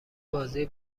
بازی